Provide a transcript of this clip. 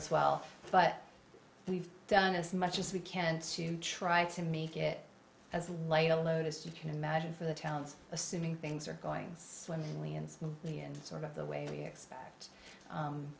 as well but we've done as much as we can to try to make it as light a load as you can imagine for the towns assuming things are going swimmingly and smoothly and sort of the way we expect